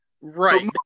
Right